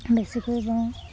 বেছিকৈ বওঁ